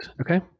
Okay